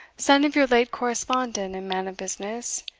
son of your late correspondent and man of business,